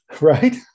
Right